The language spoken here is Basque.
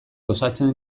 osatzen